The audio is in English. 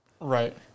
Right